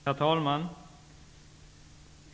Herr talman!